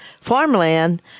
farmland